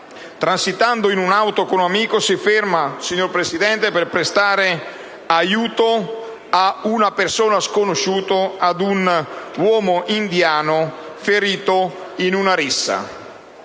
transitando in auto con un amico si è fermata per prestare aiuto a una persona sconosciuta, a un uomo indiano ferito in una rissa.